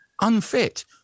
unfit